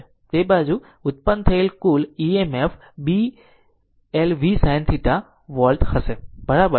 તેથી બે બાજુ તેથી ઉત્પન્ન થયેલ કુલ EMF 2 Bl v sin θ volt હશે બરાબર